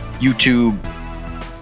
YouTube